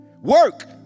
Work